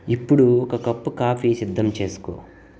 ఇప్పుడు ఒక cup coffee సిద్ధం చేసుకో